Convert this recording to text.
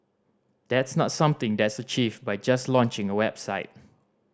that's not something that's achieved by just launching a website